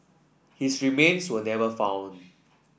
his remains were never found